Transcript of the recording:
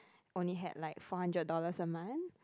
only had like four hundred dollars a month